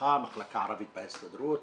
מחלקה ערבית בהסתדרות,